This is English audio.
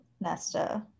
Nesta